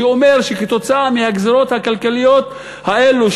שאומר שעקב הגזירות הכלכליות האלה,